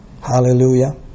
Hallelujah